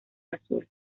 azul